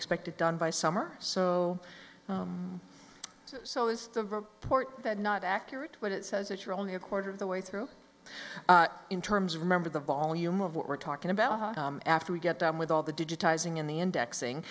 expect it done by summer so so is the report that not accurate but it says that you're only a quarter of the way through in terms of remember the volume of what we're talking about after we get done with all the digitizing in the indexing